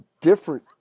different